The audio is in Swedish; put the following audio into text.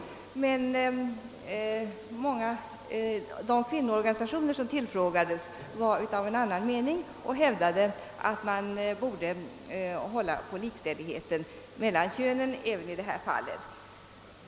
De kvinnoorganisationer som tillfrågades var dock av annan mening och hävdade att man borde hålla på likställigheten mellan könen även i detta fall.